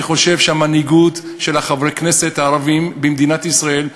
אני חושב שהמנהיגות של חברי הכנסת הערבים במדינת ישראל,